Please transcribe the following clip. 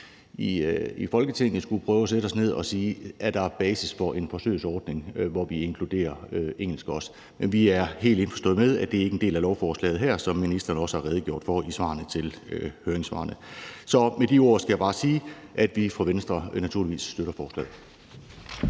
i Folketinget skulle prøve at sætte os ned og se på, om der er basis for en forsøgsordning, hvor vi inkluderer engelsk. Men vi er helt indforstået med, at det ikke er en del af lovforslaget her, som ministeren også har redegjort for i svarene til høringssvarene. Med de ord skal jeg bare sige, at vi i Venstre naturligvis støtter forslaget.